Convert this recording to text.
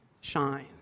shine